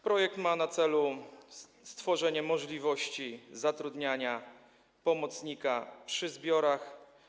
Projekt ma na celu stworzenie możliwości zatrudniania pomocnika przy zbiorach.